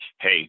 hey